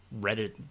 Reddit